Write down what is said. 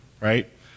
right